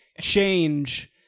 change